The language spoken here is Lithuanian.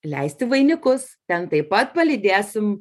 leisti vainikus ten taip pat palydėsim